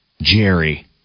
Jerry